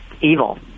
evil